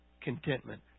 contentment